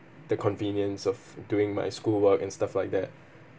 the convenience of doing my schoolwork and stuff like that